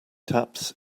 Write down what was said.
taps